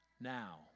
Now